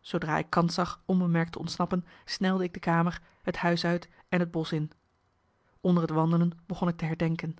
zoodra ik kans zag onbemerkt te ontsnappen snelde ik da kamer het huis uit en het bosch in onder het wandelen begon ik te herdenken